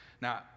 Now